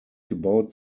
gebaut